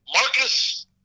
Marcus